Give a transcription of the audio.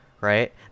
right